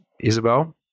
Isabel